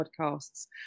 podcasts